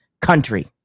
country